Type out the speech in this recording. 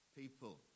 people